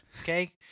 Okay